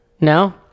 No